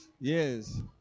Yes